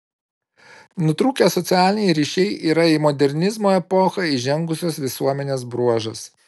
nutrūkę socialiniai ryšiai yra į modernizmo epochą įžengusios visuomenės bruožas